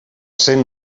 cent